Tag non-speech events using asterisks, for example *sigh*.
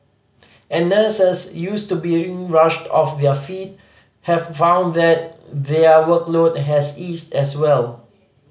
and nurses used to being rushed off their feet have found that their workload has eased as well *noise*